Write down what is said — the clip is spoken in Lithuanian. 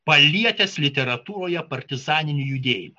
palietęs literatūroje partizaninį judėjimą